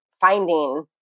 finding